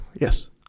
Yes